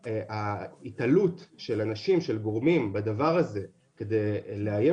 ההיתלות של אנשים וגורמים בדבר הזה כדי לאיים